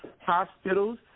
hospitals